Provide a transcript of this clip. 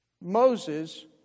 Moses